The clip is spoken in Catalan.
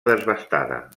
desbastada